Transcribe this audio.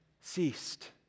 ceased